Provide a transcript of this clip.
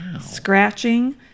Scratching